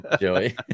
Joey